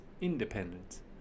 independence